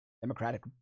Democratic